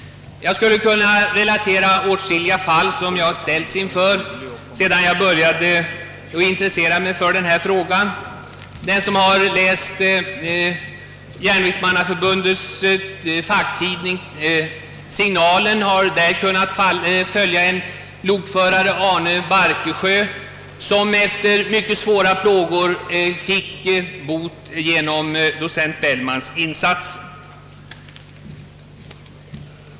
Jag skulle kunna relatera åtskilliga fall som jag har ställts inför, sedan jag börjat intressera mig för denna fråga. Den som har läst Järnvägsmannaförbundets facktidning Signalen: har där kunnat följa hur en lokförare Arne Barkesjö efter mycket svåra plågor fick bot genom docent Bellmans insats.